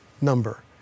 Number